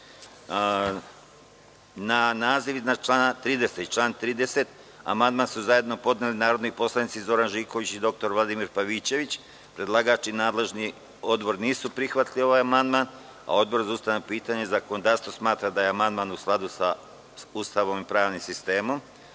naziv iznad člana 30. i član 30. amandman su zajedno podneli narodni poslanici Zoran Živković i dr Vladimir Pavićević. Predlagač i nadležni odbor nisu prihvatili ovaj amandman. Odbor za ustavna pitanja i zakonodavstvo smatra da je amandman u skladu sa Ustavom i pravnim sistemom. Na